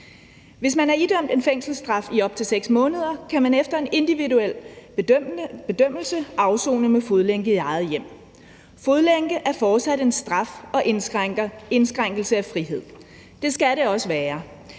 Hvis man er idømt en fængselsstraf i op til 6 måneder, kan man efter en individuel bedømmelse afsone med fodlænke i eget hjem. Fodlænke er fortsat en straf og en indskrænkelse af friheden. Det skal det også være,